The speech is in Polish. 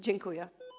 Dziękuję.